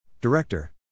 Director